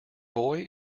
boy